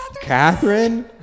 Catherine